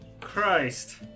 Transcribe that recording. Christ